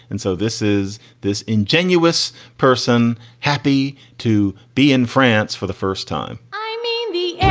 and so this is this ingenuous person, happy to be in france for the first time. i mean, the